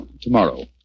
tomorrow